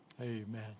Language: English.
Amen